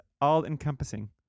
all-encompassing